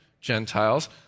Gentiles